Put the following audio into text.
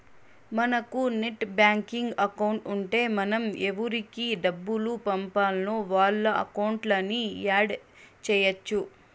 మనకు net banking account ఉంటే మనం ఎవురికి డబ్బులు పంపాల్నో వాళ్ళ అకౌంట్లని యాడ్ చెయ్యచ్చు